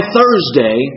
Thursday